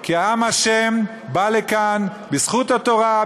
כי עם ה' בא לכאן בזכות התורה,